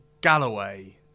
Galloway